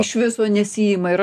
iš viso nesiima yra